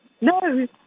No